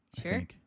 Sure